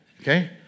okay